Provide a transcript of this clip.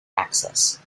axis